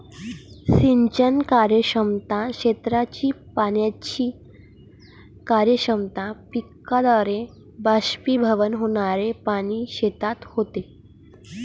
सिंचन कार्यक्षमता, क्षेत्राची पाण्याची कार्यक्षमता, पिकाद्वारे बाष्पीभवन होणारे पाणी शेतात होते